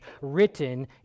written